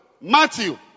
Matthew